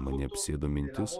mane apsėdo mintis